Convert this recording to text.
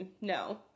no